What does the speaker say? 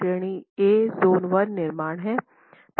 श्रेणी A zone I निर्माण है